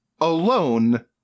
alone